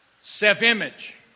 Self-image